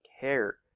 care